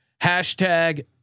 Hashtag